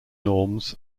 norms